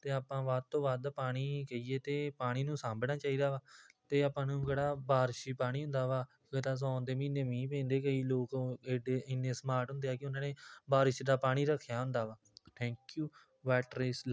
ਅਤੇ ਆਪਾਂ ਵੱਧ ਤੋਂ ਵੱਧ ਪਾਣੀ ਕਹੀਏ ਤਾਂ ਪਾਣੀ ਨੂੰ ਸਾਂਭਣਾ ਚਾਹੀਦਾ ਵਾ ਅਤੇ ਆਪਾਂ ਨੂੰ ਜਿਹੜਾ ਬਾਰਿਸ਼ੀ ਪਾਣੀ ਹੁੰਦਾ ਵਾ ਜਿਦਾਂ ਸੌਣ ਦੇ ਮਹੀਨੇ ਮੀਂਹ ਪੈਂਦੇ ਕਈ ਲੋਕ ਏਡੇ ਇੰਨੇ ਸਮਾਰਟ ਹੁੰਦੇ ਆ ਕਿ ਉਹਨਾਂ ਨੇ ਬਾਰਿਸ਼ ਦਾ ਪਾਣੀ ਰੱਖਿਆ ਹੁੰਦਾ ਵਾ ਥੈਂਕ ਯੂ ਵਾਟਰ ਇਜ਼